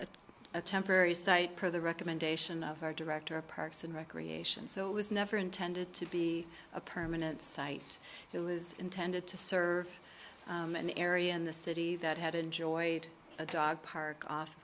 a temporary site for the recommendation of our director of parks and recreation so it was never intended to be a permanent site it was intended to serve an area in the city that had enjoyed a dog park off